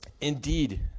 Indeed